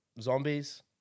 zombies